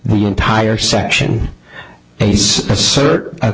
the entire section pace assert